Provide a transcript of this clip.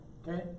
Okay